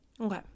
Okay